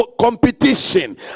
competition